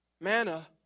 Manna